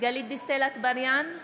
גלית דיסטל אטבריאן,